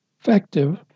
effective